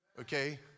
Okay